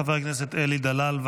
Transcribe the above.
חבר הכנסת אלי דלל,